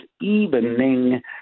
evening